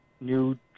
new